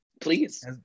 please